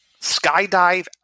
skydive